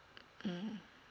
mmhmm